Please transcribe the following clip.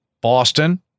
Boston